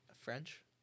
French